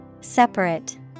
Separate